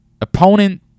Opponent